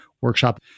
Workshop